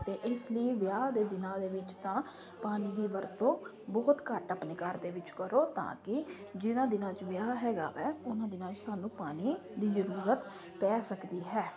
ਅਤੇ ਇਸ ਲਈ ਵਿਆਹ ਦੇ ਦਿਨਾਂ ਦੇ ਵਿੱਚ ਤਾਂ ਪਾਣੀ ਦੀ ਵਰਤੋਂ ਬਹੁਤ ਘੱਟ ਆਪਣੇ ਘਰ ਦੇ ਵਿੱਚ ਕਰੋ ਤਾਂ ਕਿ ਜਿਹਨਾਂ ਦਿਨਾਂ 'ਚ ਵਿਆਹ ਹੈਗਾ ਵੈ ਉਹਨਾਂ ਦੇ ਨਾਲ ਸਾਨੂੰ ਪਾਣੀ ਦੀ ਜ਼ਰੂਰਤ ਪੈ ਸਕਦੀ ਹੈ